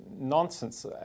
nonsense